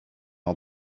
all